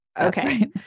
Okay